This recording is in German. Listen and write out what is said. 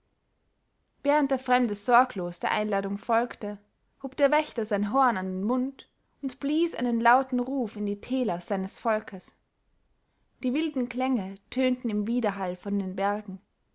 während der fremde sorglos der einladung folgte hob der wächter sein horn an den mund und blies einen lauten ruf in die täler seines volkes die wilden klänge tönten im widerhall von den bergen